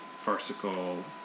farcical